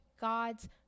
God's